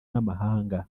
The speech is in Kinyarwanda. n’amahanga